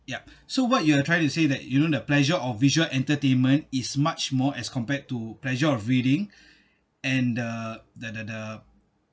ya so what you are trying to say that you know the pleasure of visual entertainment is much more as compared to pleasure of reading and uh the the the